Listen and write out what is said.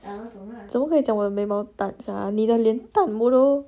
怎么可以讲我的眉毛淡 sia 你的脸淡淡 bodoh